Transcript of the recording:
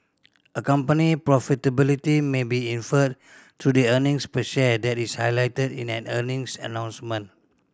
a company profitability may be inferred through the earnings per share that is highlighted in an earnings announcement